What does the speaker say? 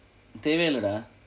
தேவையே இல்லை:theevaiyee illai dah